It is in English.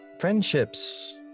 Friendships